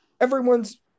everyone's